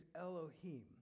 Elohim